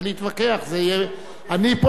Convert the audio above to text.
אותי לא מזמינים.